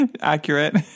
Accurate